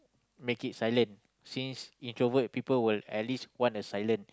make it silent since introvert people would at least want a silent